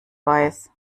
weiß